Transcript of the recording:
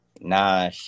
nah